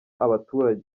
abaturage